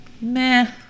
Meh